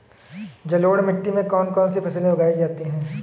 जलोढ़ मिट्टी में कौन कौन सी फसलें उगाई जाती हैं?